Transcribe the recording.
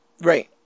Right